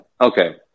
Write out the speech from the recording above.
okay